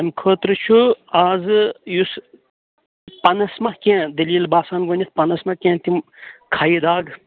اَمہِ خٲطرٕ چھُ اَزٕ یُس پَنَس ما کیٚنٛہہ دٔلیٖل باسان گۄڈنٮ۪تھ پَنَس ما کیٚنٛہہ تِم کھیہِ داغ